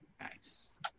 Nice